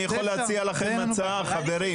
אני יכול להציע לכם הצעה, חברים.